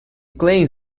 claims